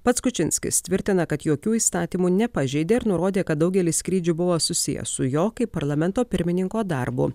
pats kučinskis tvirtina kad jokių įstatymų nepažeidė ir nurodė kad daugelis skrydžių buvo susiję su jo kaip parlamento pirmininko darbu